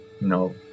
No